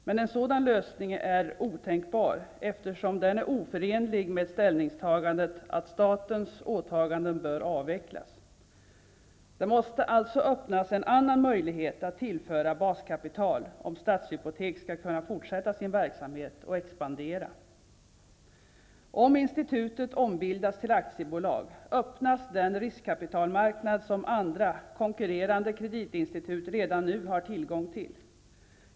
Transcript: Men en sådan lösning är otänkbar, eftersom den är oförenlig med ställningstagandet att statens åtagande bör avvecklas. Det måste alltså öppnas en annan möjlighet att tillföra baskapital om Stadshypotek skall kunna fortsätta sin verksamhet och expandera. Om institutet ombildas till aktiebolag öppnas den riskkapitalmarknad som andra, konkurrerande kreditinstitut redan nu har tillgång till.